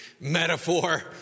metaphor